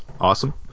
awesome